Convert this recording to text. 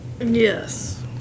Yes